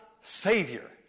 Savior